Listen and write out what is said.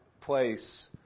place